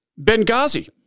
Benghazi